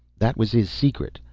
that was his secret,